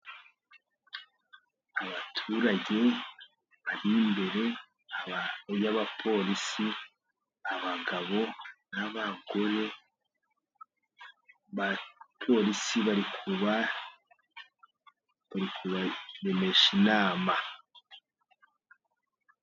Abaturage bari imbere y'abapolisi, abagabo n'abagore, abapolisi bari kubaremesha inama.